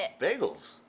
Bagels